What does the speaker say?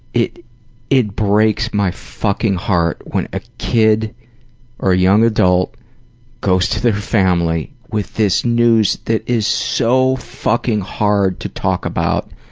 it it breaks my fucking heart when a kid or a young adult goes to their family with this news that is so fucking hard to talk about,